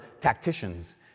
tacticians